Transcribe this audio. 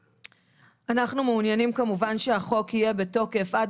אנחנו מעוניינים כמובן שהחוק יהיה בתוקף עד